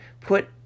put